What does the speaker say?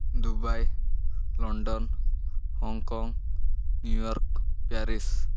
Dubai London Hong Kong New York Paris